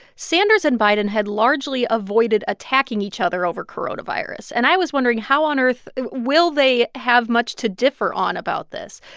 sanders and biden had largely avoided attacking each other over coronavirus. and i was wondering how on earth will they have much to differ on about this?